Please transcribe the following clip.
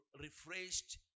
refreshed